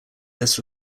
this